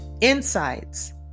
insights